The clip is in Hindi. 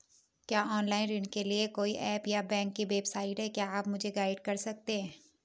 क्या ऑनलाइन ऋण के लिए कोई ऐप या बैंक की वेबसाइट है क्या आप मुझे गाइड कर सकते हैं?